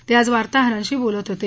ते आज वार्ताहरांशी बोलत होते